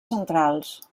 centrals